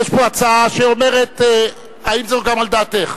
יש פה הצעה שאומרת, האם היא גם על דעתך?